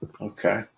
okay